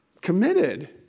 committed